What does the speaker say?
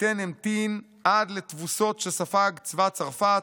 פטן המתין עד לתבוסות שספג צבא צרפת,